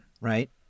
Right